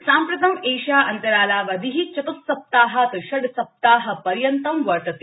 साम्प्रतं एषा अन्तरालावधि चत्स्सप्ताहात् षड्सप्ताहपर्यन्तं वर्तते